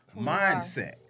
mindset